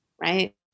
right